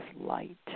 light